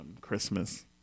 Christmas